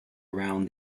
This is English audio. around